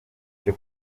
cyo